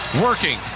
working